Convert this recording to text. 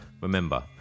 Remember